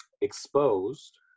exposed